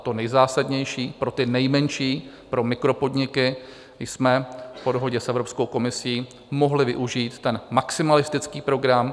To nejzásadnější: pro ty nejmenší, pro mikropodniky, jsme po dohodě s Evropskou komisí mohli využít ten maximalistický program.